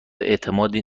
اعتماد